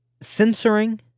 censoring